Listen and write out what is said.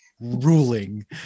ruling